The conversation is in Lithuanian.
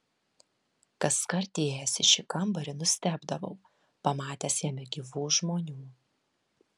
kaskart įėjęs į šį kambarį nustebdavau pamatęs jame gyvų žmonių